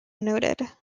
noted